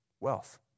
Wealth